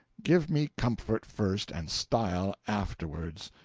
give me comfort first, and style afterwards.